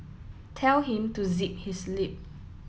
tell him to zip his lip